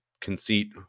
conceit